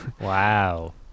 Wow